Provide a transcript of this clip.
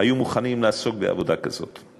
היו מוכנים לעסוק בעבודה כזאת?